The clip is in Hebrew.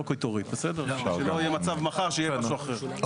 לא קיטורית שלא יהיה מצב שמחר יהיה משהו אחר.